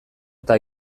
eta